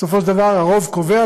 בסופו של דבר הרוב קובע.